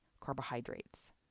carbohydrates